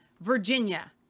Virginia